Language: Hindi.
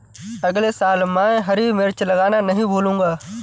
अगले साल मैं हरी मिर्च लगाना नही भूलूंगा